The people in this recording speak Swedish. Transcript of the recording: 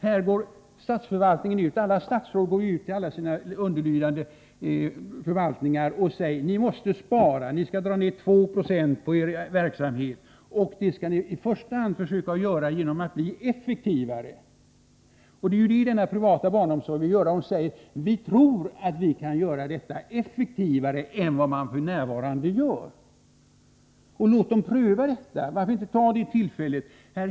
Här går alla statsråd ut till sina underlydande förvaltningar och säger: Ni måste spara. Ni skall dra ned kostnaderna för er verksamhet med 2 926, och det skall ni göra i första hand genom att försöka bli effektivare. Det är det som också denna privata barnomsorg vill göra. Man säger: Vi tror att vi kan göra detta effektivare än man f. n. gör. — Låt dem pröva! Varför inte ta det tillfället?